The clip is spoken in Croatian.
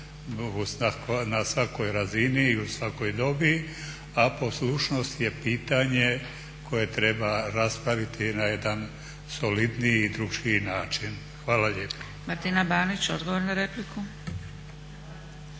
na svakoj razini i u svakoj dobi, a poslušnost je pitanje koje treba raspraviti na jedan solidniji i drukčiji način. Hvala lijepo.